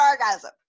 orgasm